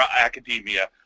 Academia